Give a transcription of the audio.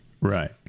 Right